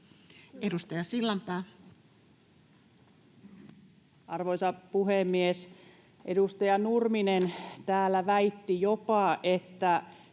15:42 Content: Arvoisa puhemies! Edustaja Nurminen täällä väitti jopa, että